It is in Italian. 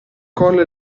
collo